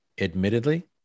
admittedly